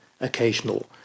occasional